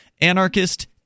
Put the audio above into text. anarchist